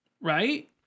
right